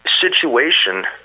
situation